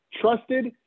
trusted